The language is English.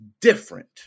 different